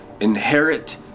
inherit